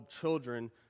children